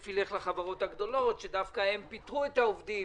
ילך לחברות הגדולות שדווקא הן פיטרו את העובדים,